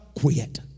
quit